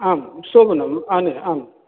आं शोभनम् आने आम्